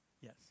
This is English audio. Yes